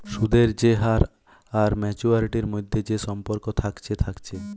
সুদের যে হার আর মাচুয়ারিটির মধ্যে যে সম্পর্ক থাকছে থাকছে